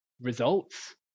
results